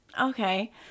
Okay